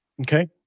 Okay